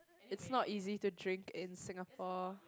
it's not easy to drink in Singapore